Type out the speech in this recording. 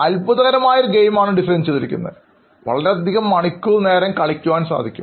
അത്ഭുതകരമായ ഒരു ഗെയിമാണ് ഡിസൈൻ ചെയ്തിരിക്കുന്നത് വളരെയധികം മണിക്കൂർ നേരം കളിക്കാൻ സാധിക്കും